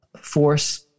force